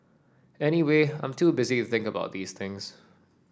anyway I'm too busy think about these things